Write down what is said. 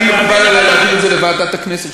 מקובל עלי להעביר את זה לוועדת הכנסת,